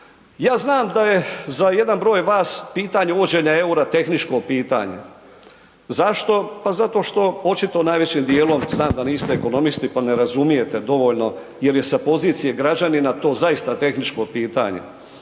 Ja znam da je za jedan broj vas pitanje uvođenja eura tehničko pitanje, zašto, pa zato što očito najvećim djelom, znam da niste ekonomisti pa ne razumijete dovoljno jel je sa pozicije građanina to zaista tehničko pitanje